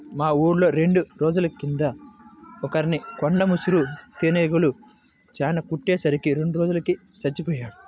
మా ఊర్లో రెండు రోజుల కింద ఒకర్ని కొండ ముసురు తేనీగలు చానా కుట్టే సరికి రెండో రోజుకి చచ్చిపొయ్యాడు